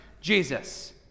Jesus